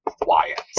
Wyatt